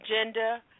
agenda